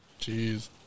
Jeez